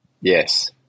Yes